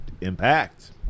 Impact